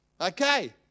okay